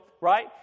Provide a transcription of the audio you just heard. right